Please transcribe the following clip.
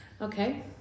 Okay